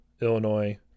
Illinois